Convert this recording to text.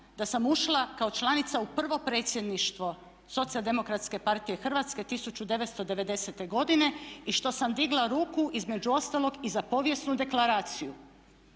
da sam ušla kao članica u prvo predsjedništvo Socijaldemokratske partije Hrvatske 1990. godine i što sam digla ruku između ostalog i za povijesnu deklaraciju